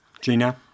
Gina